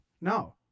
No